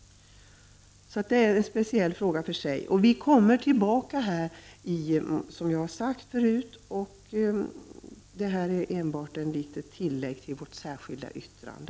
Det är en fråga för sig. Vi avser, som jag sade, att återkomma i frågan. Detta var enbart ett litet tillägg till vårt särskilda yttrande.